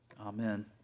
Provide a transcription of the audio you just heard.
amen